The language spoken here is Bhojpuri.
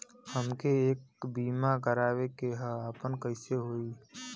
हमके एक बीमा करावे के ह आपन कईसे होई?